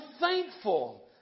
thankful